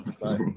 Bye